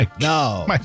No